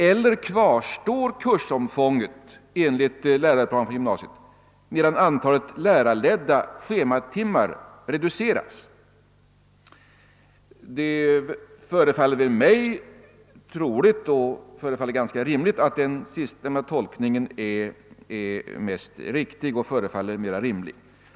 — eller kvarstår kursomfånget enligt läroplan för gymnasiet medan antalet lärarledda schematimmar reduceras? Det förefaller mig som om den sistnämnda tolkningen är mest rimlig.